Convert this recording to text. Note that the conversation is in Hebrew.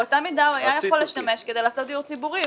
באותה מידה הוא היה יכול לשמש כדי לעשות דיור ציבורי.